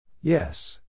Yes